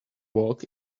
walk